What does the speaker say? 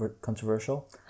controversial